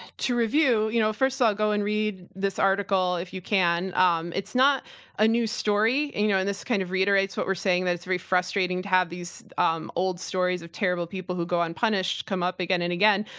to review, you know first of all, so go and read this article if you can. um it's not a new story, and you know and this kind of reiterates what we're saying that it's very frustrating to have these um old stories of terrible people who go unpunished come up again and again,